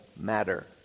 matter